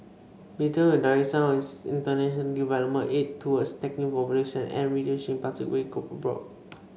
Britain will direct some of its international development aid towards tackling pollution and reducing plastic waste abroad